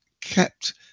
kept